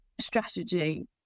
strategy